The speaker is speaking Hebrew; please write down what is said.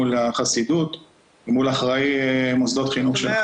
לחיות בשלום,